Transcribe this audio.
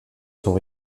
sont